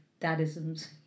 dadisms